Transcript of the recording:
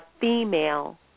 female